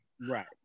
right